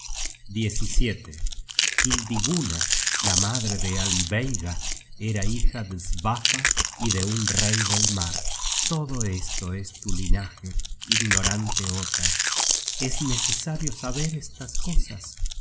ottar hildigunna la madre de almveiga era hija de svafa y de un rey del mar todo esto es tu linaje ignorante ottar es necesario saber estas cosas